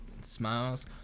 smiles